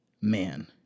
man